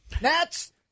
Nats